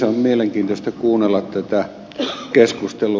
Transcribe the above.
on mielenkiintoista kuunnella tätä keskustelua